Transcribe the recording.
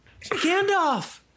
Gandalf